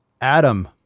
Adam